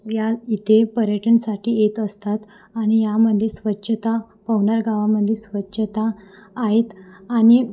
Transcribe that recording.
या इथे पर्यटनासाठी येत असतात आणि यामध्ये स्वच्छता पवनार गावामध्ये स्वच्छता आहेत आणि